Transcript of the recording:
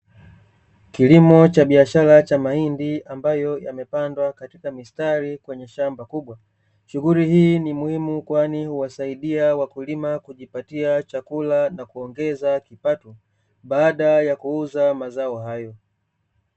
Kilimo cha biashara cha mahindi, ambayo yamepandwa katika mistari, kwenye shamba kubwa. Shughuli hii ni muhimu, kwani huwasaidia wakulima kujipatia chakula na kuongeza kipato baada ya kuuza mazao hayo.